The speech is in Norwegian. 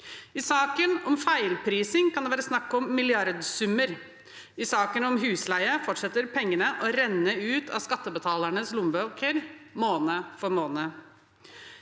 I saken om feilprising kan det være snakk om milliardsummer. I saken om husleie fortsetter pengene å renne ut av skattebetalernes lommebøker måned for måned.